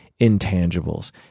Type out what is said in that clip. intangibles